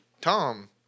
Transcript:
Tom